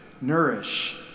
nourish